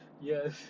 yes